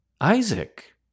Isaac